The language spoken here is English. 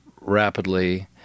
rapidly